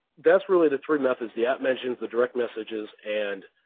that's really the three methods, the at mentions, the direct messages and